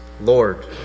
Lord